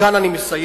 וכאן אני מסיים,